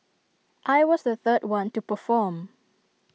I was the third one to perform